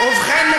ובכן,